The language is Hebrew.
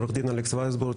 עו"ד אלכס וייסבורג,